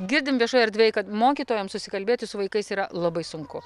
girdim viešoj erdvėj kad mokytojams susikalbėti su vaikais yra labai sunku